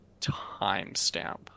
timestamp